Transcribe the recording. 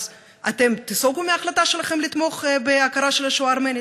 אתם תיסוגו מההחלטה שלכם לתמוך בהכרה בשואה הארמנית?